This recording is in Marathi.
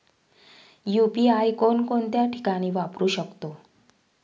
यु.पी.आय कोणकोणत्या ठिकाणी वापरू शकतो?